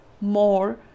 more